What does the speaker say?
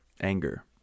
Anger